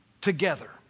together